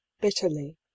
bitterly